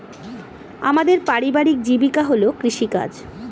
আমাদের পারিবারিক জীবিকা হল কৃষিকাজ